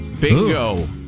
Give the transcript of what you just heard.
Bingo